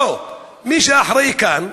או מי שאחראי כאן,